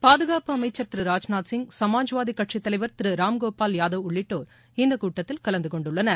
பாதுகாப்பு அமைச்சர் திரு ராஜ்நாத் சிங் சமாஜ்வாதி கட்சித்தலைவர் திரு ராம்கோபால் யாதவ் உள்ளிட்டோர் இந்தக்கூட்டத்தில் கலந்துகொண்டுள்ளனர்